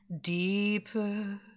Deeper